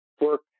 work